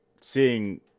Seeing